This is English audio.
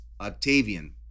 Octavian